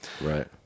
Right